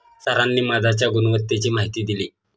सरांनी मधाच्या गुणवत्तेची माहिती दिली